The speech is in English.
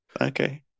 Okay